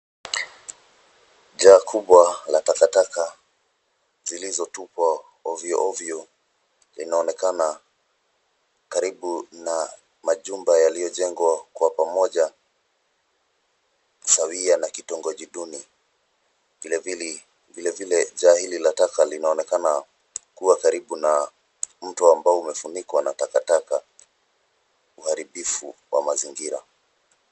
Jaa kubwa la takataka zilizotupwa ovyo ovyo linaonekana karibu na majumba yaliyojengwa kwa pamoja sawia na kitongoji duni. Vile vile jaa hili la taka linaonekana kuwa karibu na mto ambao umefunikwa na taka, uharibifu wa mazingira.